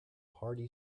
hearty